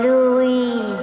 Louis